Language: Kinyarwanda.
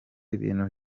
ibintu